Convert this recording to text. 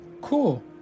Cool